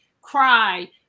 cry